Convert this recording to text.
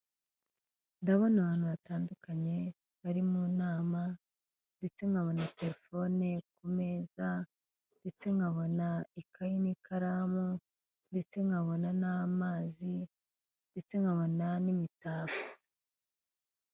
Ndabona abantu batandukanye bari mu nama ndetse nkabona telefone ku meza ndetse nkabona ikayi n'ikaramu ndetse nkabona n'amazi ndetse nkabona n'imitako.